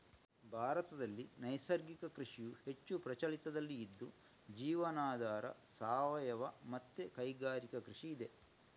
ಭಾರತದಲ್ಲಿ ನೈಸರ್ಗಿಕ ಕೃಷಿಯು ಹೆಚ್ಚು ಪ್ರಚಲಿತದಲ್ಲಿ ಇದ್ದು ಜೀವನಾಧಾರ, ಸಾವಯವ ಮತ್ತೆ ಕೈಗಾರಿಕಾ ಕೃಷಿ ಇದೆ